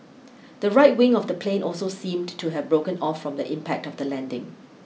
the right wing of the plane also seemed to have broken off from the impact of the landing